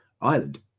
Ireland